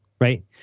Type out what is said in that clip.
right